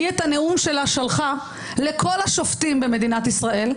את הנאום שלה היא שלחה לכל השופטים במדינת ישראל,